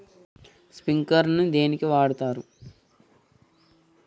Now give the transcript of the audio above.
Sprinkler ను దేనికి వాడుతరు?